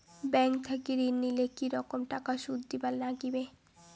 Bank থাকি ঋণ নিলে কি রকম টাকা সুদ দিবার নাগিবে?